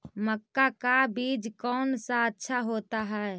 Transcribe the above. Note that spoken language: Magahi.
मक्का का बीज कौन सा अच्छा होता है?